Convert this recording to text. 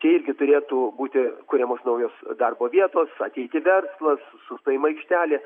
čia irgi turėtų būti kuriamos naujos darbo vietos ateiti verslas su sustojimo aikštelės